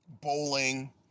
bowling